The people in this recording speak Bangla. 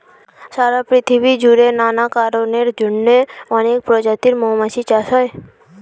সারা পৃথিবী জুড়ে নানা কারণের জন্যে অনেক প্রজাতির মৌমাছি চাষ হয়